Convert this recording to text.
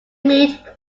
meet